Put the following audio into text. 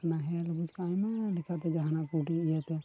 ᱱᱟᱦᱮᱞ ᱵᱤᱪᱠᱚᱢ ᱟᱭᱢᱟ ᱞᱮᱠᱟᱛᱮ ᱡᱟᱦᱟᱱᱟᱜ ᱠᱩᱰᱤ ᱤᱭᱟᱹᱛᱮ